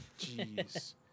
Jeez